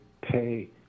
pay